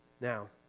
Now